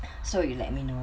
so you let me know